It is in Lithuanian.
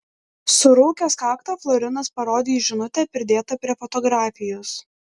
suraukęs kaktą florinas parodė į žinutę pridėtą prie fotografijos